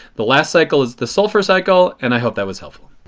the last cycle is the sulfur cycle. and i hope that was helpful.